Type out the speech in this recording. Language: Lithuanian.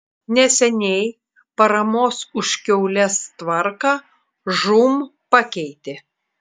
neseniai paramos už kiaules tvarką žūm pakeitė